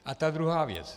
A ta druhá věc.